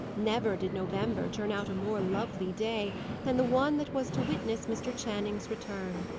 never did november turn out a more lovely day than the one that was to witness mr. channing's return.